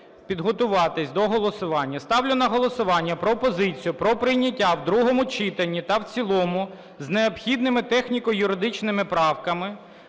підготуватись до голосування. Ставлю на голосування пропозицію про прийняття в другому читанні та в цілому з необхідними техніко-юридичними правками